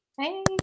hey